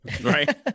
Right